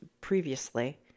previously